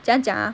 怎样讲 ah